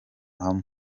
hamwe